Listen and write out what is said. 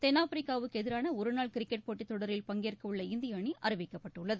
தென்னாப்பிரிக்காவுக்கு எதிரான ஒருநாள் கிரிக்கெட் போட்டித் தொடரில் பங்கேற்கவுள்ள இந்திய அணி அறிவிக்கப்பட்டுள்ளது